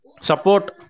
Support